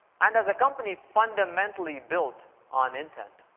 and as a company fundamentally built on intent,